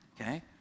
okay